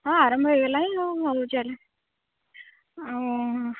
ହଁ ଆରମ୍ଭ ହେଇଗଲାଣି ହଁ ହଉ ଚାଲ୍